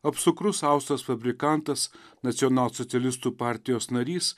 apsukrus austas fabrikantas nacionalsocialistų partijos narys